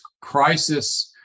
crisis